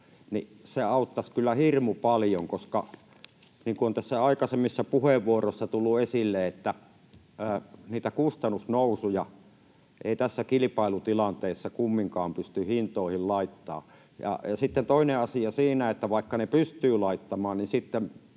Se auttaisi kyllä hirmu paljon, koska niin kuin on tässä aikaisemmissa puheenvuoroissa tullut esille, niitä kustannusnousuja ei tässä kilpailutilanteessa kumminkaan pysty hintoihin laittamaan, ja sitten toinen asia on siinä, että vaikka ne pystytään laittamaan, sitten